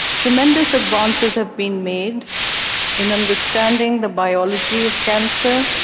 tremendous advances have been made in understanding the biology of cancer